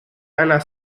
einer